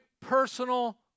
personal